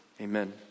Amen